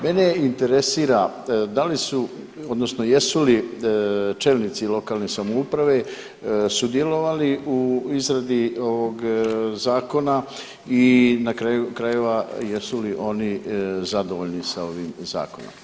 Mene interesira da li su odnosno jesu li čelnici lokalne samouprave sudjelovali u izradi ovog zakona i na kraju krajeva jesu li oni zadovoljni sa ovim zakonom?